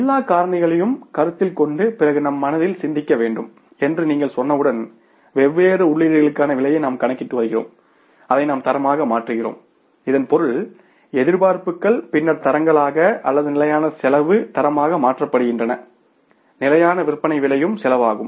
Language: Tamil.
எல்லா காரணிகளையும் கருத்தில் கொண்ட பிறகு நம் மனதில் சிந்திக்க வேண்டும் என்று நீங்கள் சொன்னவுடன் வெவ்வேறு உள்ளீடுகளுக்கான விலையை நாம் கணக்கிட்டு வருகிறோம் அதை நாம் தரமாக மாற்றுகிறோம் இதன் பொருள் எதிர்பார்ப்புகள் பின்னர் தரங்களாக அல்லது நிலையான செலவு தரமாக மாற்றப்படுகின்றன நிலையான விற்பனை விலையும் செலவாகும்